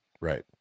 Right